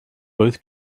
both